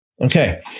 Okay